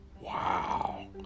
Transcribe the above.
Wow